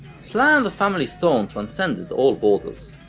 sly and the family stone transcended all borders.